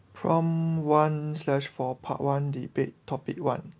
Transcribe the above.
from one slash for part one debate topic one